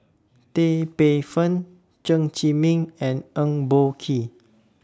Tan Paey Fern Chen Zhiming and Eng Boh Kee